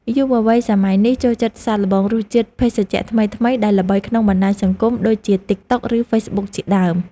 យុវវ័យសម័យនេះចូលចិត្តសាកល្បងរសជាតិភេសជ្ជៈថ្មីៗដែលល្បីក្នុងបណ្តាញសង្គមដូចជាទីកតុកឬហ្វេសប៊ុកជាដើម។